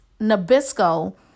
Nabisco